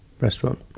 restaurant